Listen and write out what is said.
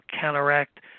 counteract